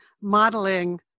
modeling